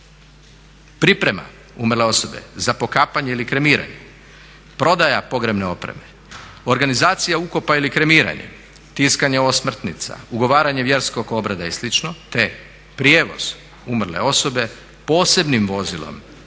priprema umrle osobe za pokapanje ili kremiranje, prodaja pogrebne opreme, organizacija ukopa ili kremiranja, tiskanje osmrtnica, ugovaranje vjerskog obreda i slično, te prijevoz umrle osobe posebnim vozilom